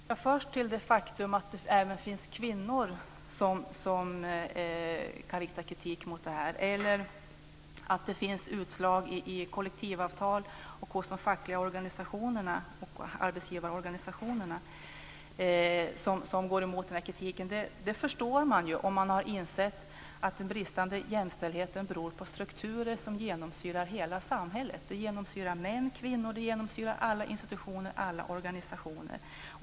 Herr talman! Först några ord om det faktum att det även finns kvinnor som kan rikta kritik mot det här eller att det finns element i kollektivavtal och hos de fackliga organisationerna och arbetsgivarorganisationerna som går emot den här kritiken. Man förstår det om man har insett att den bristande jämställdheten beror på strukturer som genomsyrar hela samhället: män, kvinnor, alla institutioner och alla organisationer.